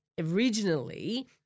originally